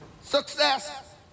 success